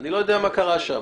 אני לא יודע מה קרה שם.